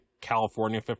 California